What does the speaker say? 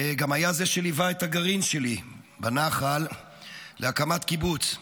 וגם היה זה שליווה את הגרעין שלי בנח"ל להקמת קיבוץ.